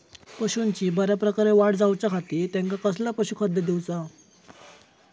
पशूंची बऱ्या प्रकारे वाढ जायच्या खाती त्यांका कसला पशुखाद्य दिऊचा?